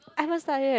I haven't start yet